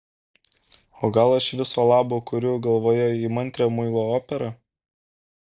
o gal aš viso labo kuriu galvoje įmantrią muilo operą